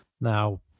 Now